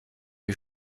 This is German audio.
die